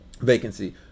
vacancy